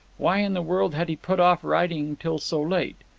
why in the world had he put off writing till so late?